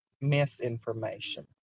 misinformation